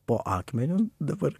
po akmeniu dabar